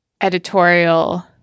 editorial